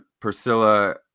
Priscilla